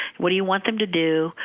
what do you want them to do?